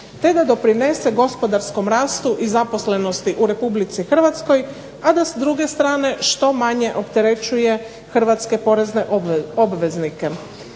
te da doprinese gospodarskom rastu i zaposlenosti u Republici Hrvatskoj, a da s druge strane što manje opterećuje hrvatske porezne obveznike.